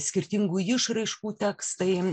skirtingų išraiškų tekstai